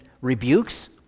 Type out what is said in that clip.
rebukes